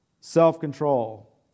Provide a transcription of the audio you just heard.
self-control